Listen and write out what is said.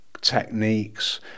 techniques